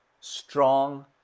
strong